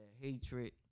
hatred